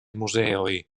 muzeoj